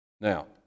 Now